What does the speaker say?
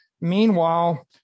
Meanwhile